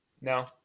no